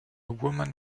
woman